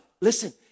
Listen